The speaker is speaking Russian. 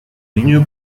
линию